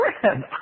friend